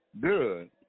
good